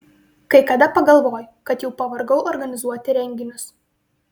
kai kada pagalvoju kad jau pavargau organizuoti renginius